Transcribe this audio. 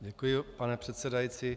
Děkuji, pane předsedající.